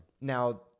Now